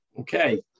Okay